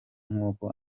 nkuko